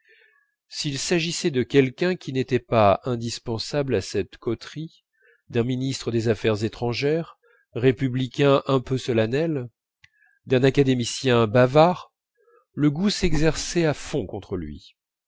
s'il s'agissait de quelqu'un qui n'était pas indispensable à cette coterie d'un ministre des affaires étrangères républicain un peu solennel d'un académicien bavard le goût s'exerçait à fond contre lui